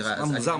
זה דבר מוזר מאוד.